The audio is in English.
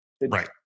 Right